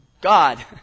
God